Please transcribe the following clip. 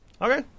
Okay